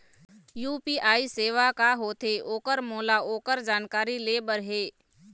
UPI सेवा का होथे ओकर मोला ओकर जानकारी ले बर हे?